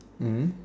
mmhmm